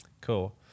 Cool